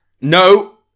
No